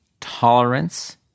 tolerance